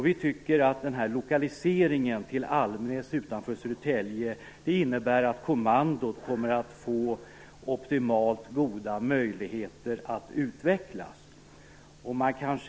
Vi menar att lokaliseringen till Almnäs utanför Södertälje innebär att kommandot får optimala möjligheter att utvecklas.